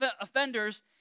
offenders